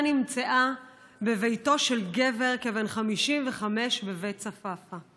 נמצאה בביתו של גבר כבן 55 בבית צפאפא.